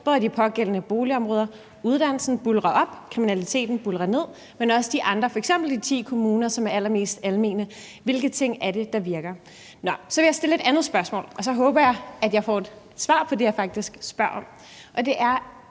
både i de pågældende boligområder – uddannelsen buldrer op, kriminaliteten buldrer ned – men også i alle de andre boligområder, f.eks. i de ti kommuner, som er allermest almene; hvilke ting er det, der virker? Nå, så vil jeg stille et andet spørgsmål, og så håber jeg, at jeg får et svar på det, jeg faktisk spørger om. Jeg er